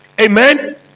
Amen